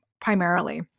primarily